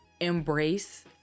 Embrace